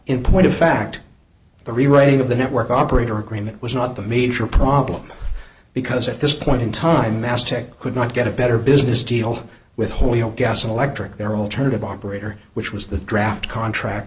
in point of fact the rewriting of the network operator agreement was not the major problem because at this point in time as tech could not get a better business deal with holyoke gas and electric their alternative operator which was the draft contract